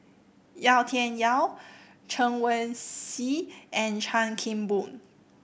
Yau Tian Yau Chen Wen Hsi and Chan Kim Boon